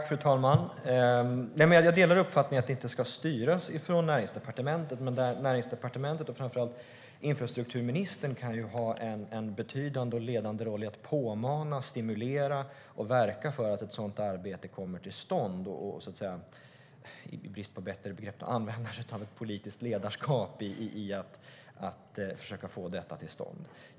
Fru talman! Jag delar uppfattningen att det inte ska styras från Näringsdepartementet. Men Näringsdepartementet och framför allt infrastrukturministern kan ju ha en betydande och ledande roll i att påmana, stimulera och verka för att ett sådant arbete kommer till stånd. Man kan använda sitt, i brist på ett bättre begrepp, politiska ledarskap för att försöka få detta till stånd.